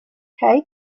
kei